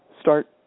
Start